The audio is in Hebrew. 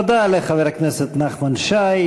תודה לחבר הכנסת נחמן שי.